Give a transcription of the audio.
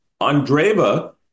Andreva